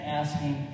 asking